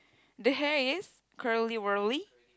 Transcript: the hair is curly wurly